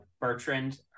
Bertrand